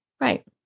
Right